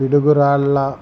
Piduguralla